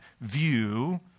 view